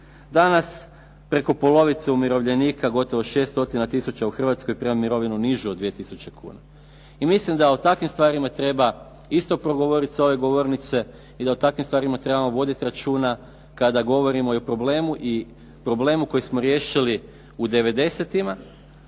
Danas preko polovice umirovljenika, gotovo 600 tisuća u Hrvatskoj prima mirovinu nižu od 2000 kuna i mislim da o takvim stvarima treba isto progovorit s ove govornice i da o takvim stvarima trebamo voditi računa kada govorimo i o problemu koji smo riješili u '90-tima,